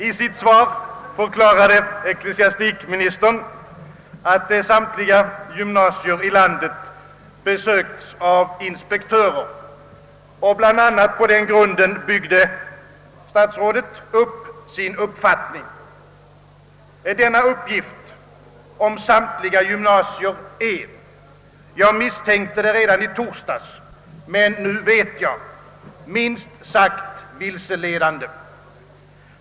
I sitt svar förklarade ecklesiastikministern, att samtliga gymnasier i landet hade besökts av inspektörer och bl.a. på den grunden byggde statsrådet sin uppfattning. Denna uppgift om samtliga gymnasier är — jag misstänkte det redan i torsdags, men nu vet jag det — minst sagt vilseledande.